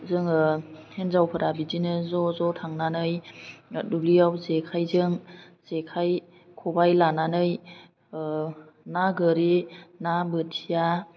जोङो हिन्जावफोरा बिदिनो ज' ज' थांनानै दुब्लियाव जेखाइजों जेखाइ खबाइ लानानै ना गोरि ना बोथिया